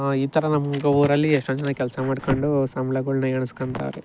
ಈ ಥರ ನಮ್ದು ಊರಲ್ಲಿ ಎಷ್ಟೋಂಜನ ಕೆಲಸ ಮಾಡ್ಕೊಂಡು ಸಂಬಳಗಳ್ನ ಎಣ್ಸ್ಕೊಂತವ್ರೆ